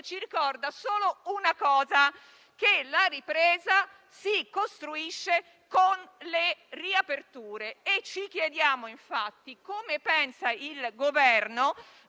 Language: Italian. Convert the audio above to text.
ci ricorda solo una cosa: la ripresa si costruisce con le riaperture. E ci chiediamo, dunque, come pensa il Governo